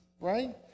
right